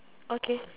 okay